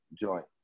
joint